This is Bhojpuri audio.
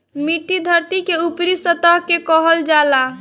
मिट्टी धरती के ऊपरी सतह के कहल जाला